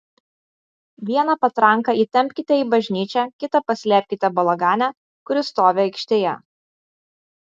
vieną patranką įtempkite į bažnyčią kitą paslėpkite balagane kuris stovi aikštėje